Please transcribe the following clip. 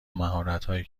مهارتهایی